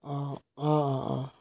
অঁ অঁ অঁ অঁ